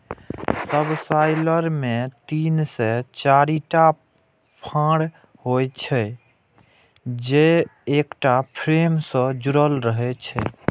subsoiler मे तीन से चारिटा फाड़ होइ छै, जे एकटा फ्रेम सं जुड़ल रहै छै